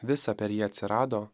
visa per jį atsirado